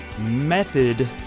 method